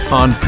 on